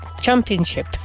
Championship